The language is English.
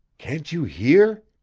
can't you hear?